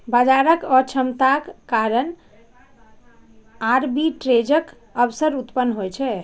बाजारक अक्षमताक कारण आर्बिट्रेजक अवसर उत्पन्न होइ छै